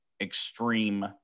extreme